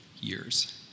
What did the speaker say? years